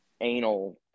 anal